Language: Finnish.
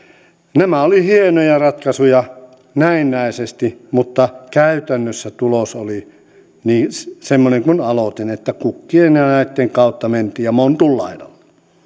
nämä olivat hienoja ratkaisuja näennäisesti mutta käytännössä tulos oli niin semmoinen kuin aloitin että kukkien ja ja näitten kautta mentiin ja montun laidalle